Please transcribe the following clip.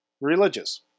religious